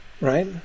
right